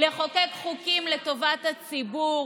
לחוקק חוקים לטובת הציבור.